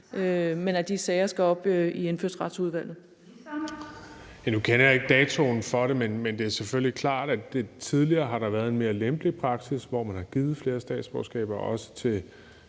men at de sager skal op i Indfødsretsudvalget.